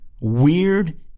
weird